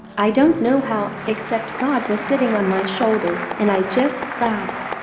i don't know how, except god was sitting on my shoulder and i just stopped